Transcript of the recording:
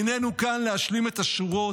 היננו כאן להשלים את השורות,